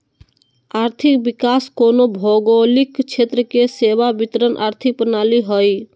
आर्थिक विकास कोनो भौगोलिक क्षेत्र के सेवा वितरण आर्थिक प्रणाली हइ